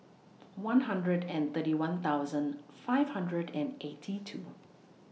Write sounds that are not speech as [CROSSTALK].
[NOISE] one hundred and thirty one thousand five hundred and eighty two